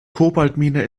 kobaltmine